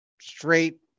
straight